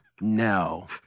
No